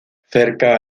cerca